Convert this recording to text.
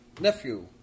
nephew